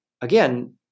again